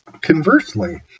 Conversely